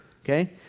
okay